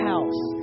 house